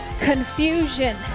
confusion